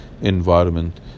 environment